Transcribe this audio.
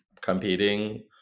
competing